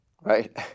right